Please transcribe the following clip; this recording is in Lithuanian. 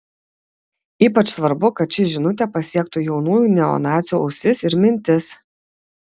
ypač svarbu kad ši žinutė pasiektų jaunųjų neonacių ausis ir mintis